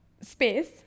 space